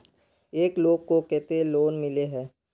एक लोग को केते लोन मिले है?